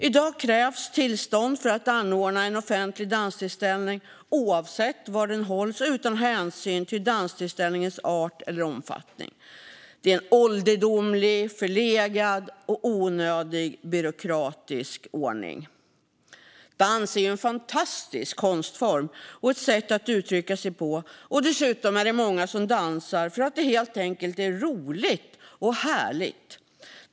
I dag krävs tillstånd för att anordna en offentlig danstillställning, oavsett var den hålls och utan hänsyn till dess art eller omfattning. Det är en ålderdomlig, förlegad och onödigt byråkratisk ordning. Dans är en fantastisk konstform och ett sätt att uttrycka sig på, och dessutom är det många som dansar för att det helt enkelt är roligt och härligt.